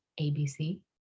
ABC